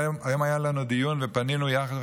היום היה לנו דיון ופנינו יחד,